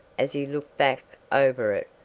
as he looked back over it,